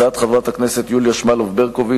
הצעת חברת הכנסת יוליה שמאלוב-ברקוביץ,